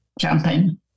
campaign